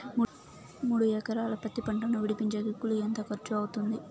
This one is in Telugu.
మూడు ఎకరాలు పత్తి పంటను విడిపించేకి కూలి ఎంత ఖర్చు అవుతుంది?